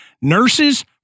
nurses